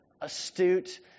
astute